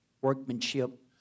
workmanship